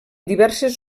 diverses